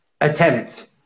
attempt